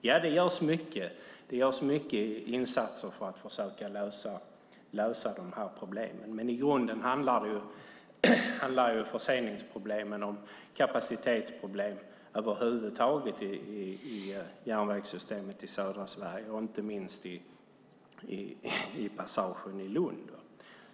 Ja, det görs många insatser för att försöka lösa de här problemen, men i grunden handlar förseningsproblemen om kapacitetsproblem över huvud taget i järnvägssystemet i södra Sverige och inte minst i passagen i Lund.